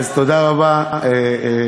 אז תודה רבה לכולם,